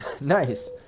Nice